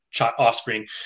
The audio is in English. offspring